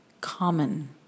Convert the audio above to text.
common